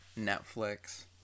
Netflix